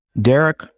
Derek